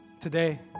today